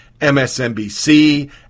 MSNBC